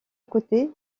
côté